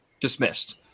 dismissed